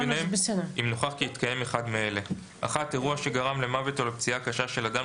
אם נוכח כי התקיים אחד מאלה: (1)אירוע שגרם למוות או לפציעה קשה של אדם